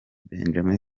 benjamin